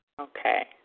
Okay